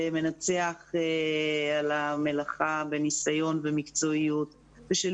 שמנצח על המלאכה בניסיון ובמקצועיות ושל